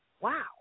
Wow